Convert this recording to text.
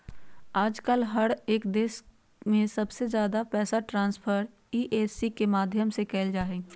आजकल हर एक देश में सबसे ज्यादा पैसा ट्रान्स्फर ई.सी.एस के माध्यम से कइल जाहई